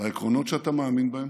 לעקרונות שאתה מאמין בהם,